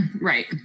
Right